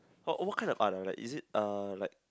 what what kind of art ah like is it uh like